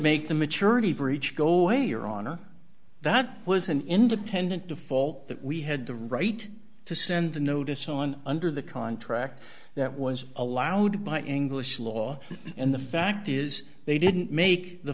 make the maturity breach go away your honor that was an independent default that we had the right to send the notice on under the contract that was allowed by english law and the fact is they didn't make the